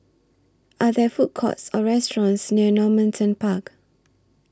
Are There Food Courts Or restaurants near Normanton Park